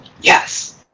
yes